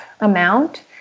amount